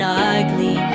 ugly